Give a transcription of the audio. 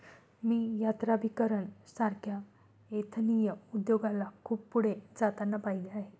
मी यात्राभिकरण सारख्या एथनिक उद्योगाला खूप पुढे जाताना पाहिले आहे